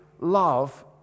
love